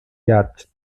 judged